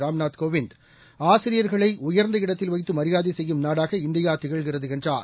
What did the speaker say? ராம்நாத் கோவிந்த் ஆசிரியர்களை உயர்ந்த இடத்தில் வைத்து மரியாதை செய்யும் நாடாக இந்தியா திகழ்கிறது என்றார்